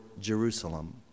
Jerusalem